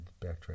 backtrack